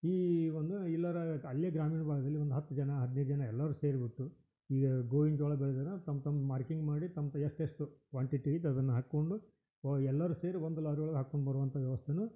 ಈ ಒಂದು ಇಲ್ಲಾರ ಅಲ್ಲೇ ಗ್ರಾಮೀಣ ಭಾಗದಲ್ಲಿ ಒಂದು ಹತ್ತು ಜನ ಹದಿನೈದು ಜನ ಎಲ್ಲರೂ ಸೇರಿಬಿಟ್ಟು ಈಗ ಗೋವಿನ ಜೋಳ ಬೆಳೆದನೋ ತಮ್ಮ ತಮ್ಮ ಮಾರ್ಕಿಂಗ್ ಮಾಡಿ ತಮ್ಮ ಪ ಎಷ್ಟು ಎಷ್ಟು ಕ್ವಾಂಟಿಟೀಲ್ಲಿ ಹಾಕ್ಕೊಂಡು ಎಲ್ಲರೂ ಸೇರಿ ಒಂದು ಲಾರಿ ಒಳಗೆ ಹಾಕ್ಕೊಂಡು ಬರುವಂಥ ವ್ಯವಸ್ಥೆಯೂ